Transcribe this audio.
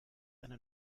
eine